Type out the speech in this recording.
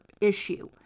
issue